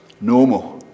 normal